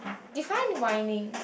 define whining